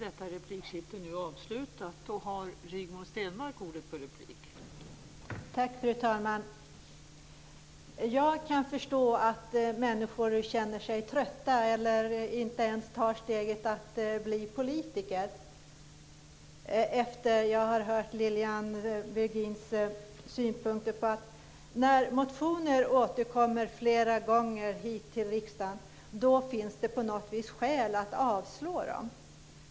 Fru talman! Jag kan förstå att människor känner sig trötta och inte tar steget att bli politiker. Jag har nu hört Lilian Virgins synpunkter om att när motioner återkommer i riksdagen finns det skäl att avslå dem.